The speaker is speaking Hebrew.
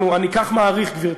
אני כך מעריך, גברתי,